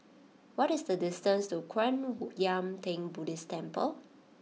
what is the distance to Kwan Yam Theng Buddhist Temple